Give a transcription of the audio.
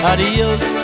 Adios